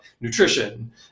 nutrition